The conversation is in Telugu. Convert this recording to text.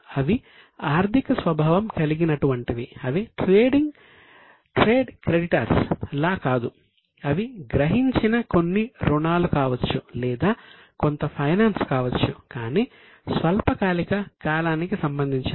అదర్ కరెంట్ అసెట్స్ లా కాదు అవి గ్రహించిన కొన్ని రుణాలు కావచ్చు లేదా కొంత ఫైనాన్స్ కావచ్చు కానీ స్వల్పకాలిక కాలానికి సంబంధించినవి